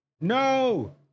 No